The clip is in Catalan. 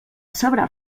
sabrà